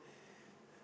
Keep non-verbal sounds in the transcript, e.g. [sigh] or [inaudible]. [breath]